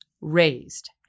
raised